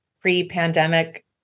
pre-pandemic